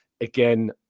Again